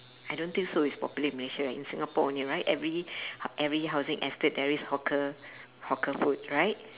I don't think so it's popular in malaysia in singapore only right every every housing estate there is hawker hawker food right